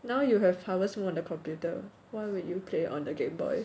now you have harvest moon on the computer why would you play on the gameboy